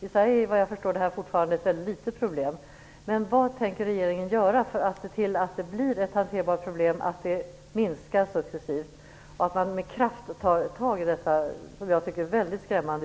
I Sverige är det här, såvitt jag förstår, fortfarande ett litet problem.